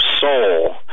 soul